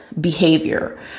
behavior